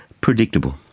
predictable